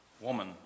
Woman